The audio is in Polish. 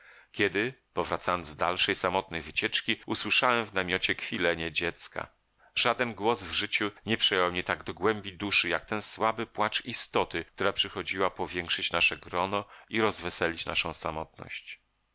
kiedy powracając z dalszej samotnej wycieczki usłyszałem w namiocie kwilenie dziecka żaden głos w życiu nie przejął mnie tak do głębi duszy jak ten słaby płacz istoty która przychodziła powiększyć nasze grono i rozweselić naszą samotność